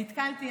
נתקלתי,